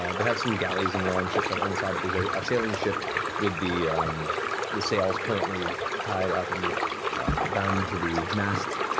ah they have some galleys and long-ships along the side, but there's a sailing ship with the the sails currently tied up and bound to the mast,